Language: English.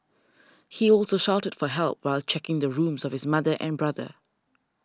he also shouted for help while checking the rooms of his mother and brother